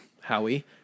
Howie